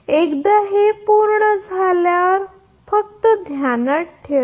एकदा हे पूर्ण झाल्यावर फक्त ध्यानात ठेवा